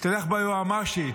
משתלח ביועמ"שית.